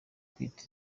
kwita